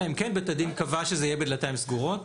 אלא אם כן בית הדין קבע שזה יהיה בדלתיים סגורות.